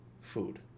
food